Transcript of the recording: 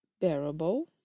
bearable